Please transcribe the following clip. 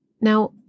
Now